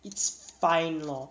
it's fine lor